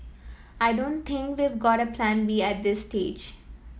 I don't think we've got Plan B at this stage